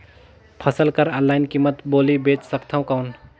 फसल कर ऑनलाइन कीमत बोली बेच सकथव कौन?